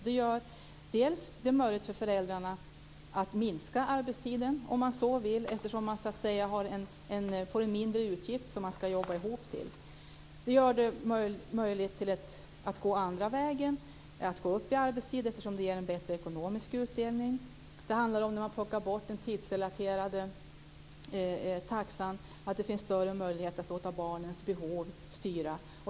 Det gör det möjligt för föräldrarna att minska arbetstiden om de så vill, eftersom de får en mindre utgift att jobba ihop till. Det gör det möjligt att gå andra vägen, dvs. att gå upp i arbetstid, eftersom det ger en bättre ekonomisk utdelning. Det handlar om att plocka bort den tidsrelaterade taxan och ge större möjlighet att låta barnens behov styra.